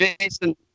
Jason